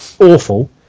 awful